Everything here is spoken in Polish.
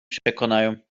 przekonają